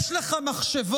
יש לך מחשבון?